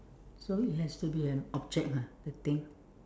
so it has to be an object ah the thing